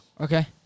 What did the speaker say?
okay